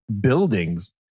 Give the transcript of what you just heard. buildings